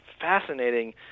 fascinating